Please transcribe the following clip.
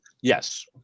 Yes